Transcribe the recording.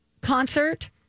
concert